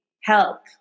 Help